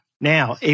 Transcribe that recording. Now